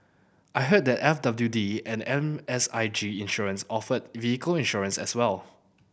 I heard that F W D and M S I G Insurance offer vehicle insurance as well